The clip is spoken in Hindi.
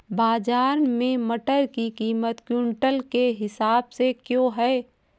बाजार में मटर की कीमत क्विंटल के हिसाब से क्यो है?